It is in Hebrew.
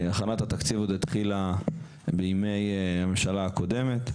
הכנת התקציב עוד התחילה בימי הממשלה הקודמת.